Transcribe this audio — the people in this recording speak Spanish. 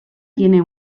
tiene